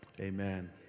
Amen